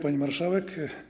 Pani Marszałek!